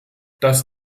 dass